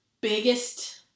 biggest